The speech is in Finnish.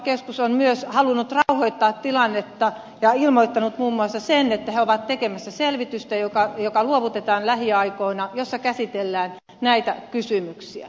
eläketurvakeskus on myös halunnut rauhoittaa tilannetta ja ilmoittanut muun muassa sen että he ovat tekemästä selvitystä joka luovutetaan lähiaikoina jossa käsitellään näitä kysymyksiä